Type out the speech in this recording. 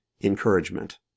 encouragement